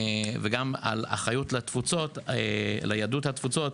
וגם על אחריות ליהדות התפוצות,